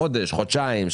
חודשיים,